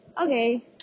Okay